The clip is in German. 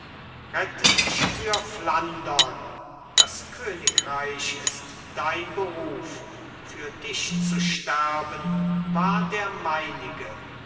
rette dich für flandern das königreich ist dein beruf für dich zu sterben war der meinige